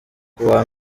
kuwa